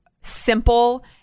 simple